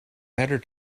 better